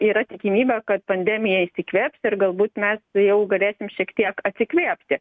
yra tikimybė kad pandemija išsikvėps ir galbūt mes jau galėsim šiek tiek atsikvėpti